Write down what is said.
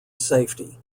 safety